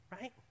Right